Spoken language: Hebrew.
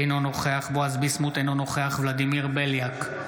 אינו נוכח בועז ביסמוט, אינו נוכח ולדימיר בליאק,